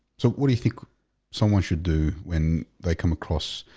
so what do you think someone should do when they come across?